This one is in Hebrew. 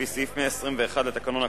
לפי סעיף 121 לתקנון הכנסת,